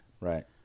Right